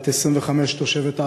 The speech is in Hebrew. בת 25 תושבת ערערה,